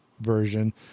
version